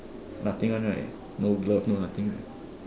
nothing one right no glove no thing right